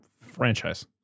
franchise